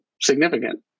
significant